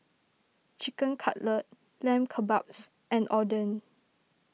Chicken Cutlet Lamb Kebabs and Oden